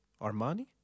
Armani